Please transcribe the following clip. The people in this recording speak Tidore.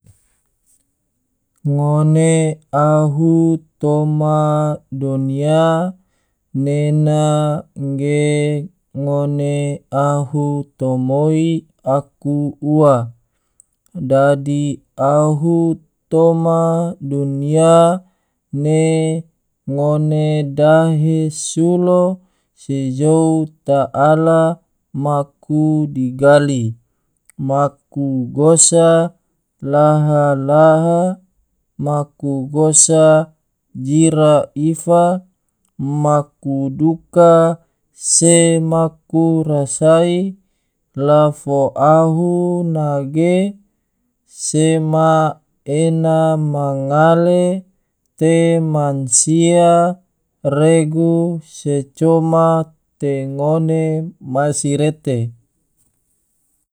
Ngone ahu toma dunia nena ge ngone ahu tomoi aku ua, dadi ahu toma dunia ne ngone dahe sulo se jou ta allah maku digali, maku gosa laha-laha, maku gosa jira ifa, maku duka, se maku rasai, la fo ahu nage sema ena ma ngale te mansia regu, se coma te ngone masirete.